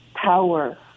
power